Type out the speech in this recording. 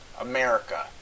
America